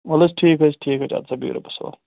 وَل حظ ٹھیٖک حظ چھُ ٹھیٖک حظ چھُ اَدٕسا بِہِو رۄبَس حوالہٕ